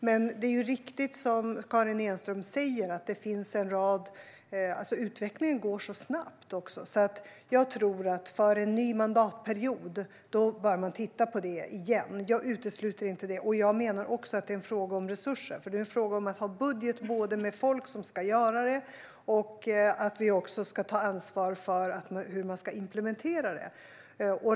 Men det är riktigt som Karin Enström säger att utvecklingen går snabbt, så jag tror att man inför en ny mandatperiod bör titta på detta igen. Jag utesluter inte det. Jag menar också att det är en fråga om resurser - att ha budget när det gäller folk som ska göra det och att ta ansvar för hur det ska implementeras.